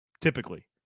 typically